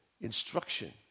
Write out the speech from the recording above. instruction